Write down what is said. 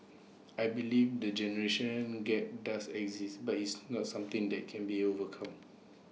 I believe the generation gap does exist but it's not something that can be overcome